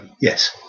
Yes